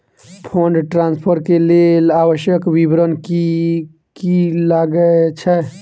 Fund transfer केँ लेल आवश्यक विवरण की की लागै छै?